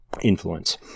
influence